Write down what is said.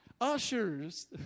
Ushers